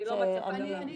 אני אתקדם.